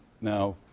Now